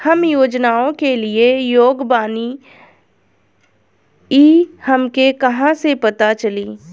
हम योजनाओ के लिए योग्य बानी ई हमके कहाँसे पता चली?